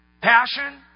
passion